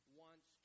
wants